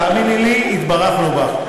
תאמיני לי, התברכנו בך.